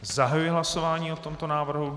Zahajuji hlasování o tomto návrhu.